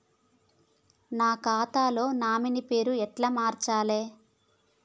నా ఖాతా లో నామినీ పేరు ఎట్ల మార్చాలే?